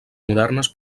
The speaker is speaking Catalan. modernes